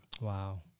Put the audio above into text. Wow